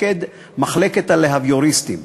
מפקד מחלקת הלהביוריסטים: